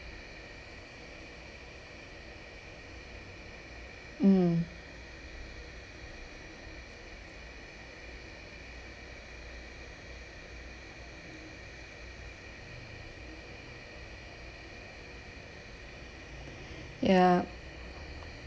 mm ya